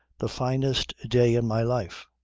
the finest day in my life.